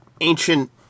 ancient